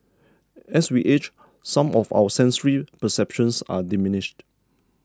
as we age some of our sensory perceptions are diminished